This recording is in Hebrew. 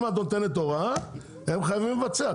אם את נותנת הוראה הם חייבים לבצע,